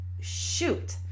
shoot